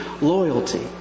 loyalty